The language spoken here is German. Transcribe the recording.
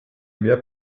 mehr